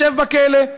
ישב בכלא,